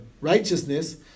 righteousness